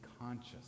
conscious